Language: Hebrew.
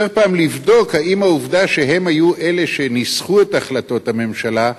צריך פעם לבדוק אם העובדה שהם היו אלה שניסחו את החלטות הממשלה,